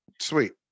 Sweet